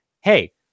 Hey